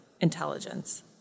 intelligence